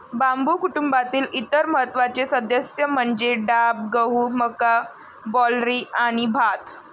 बांबू कुटुंबातील इतर महत्त्वाचे सदस्य म्हणजे डाब, गहू, मका, बार्ली आणि भात